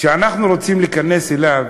שאנחנו רוצים להיכנס אליו